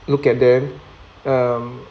look at them um